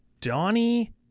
Donnie